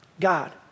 God